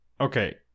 Okay